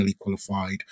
qualified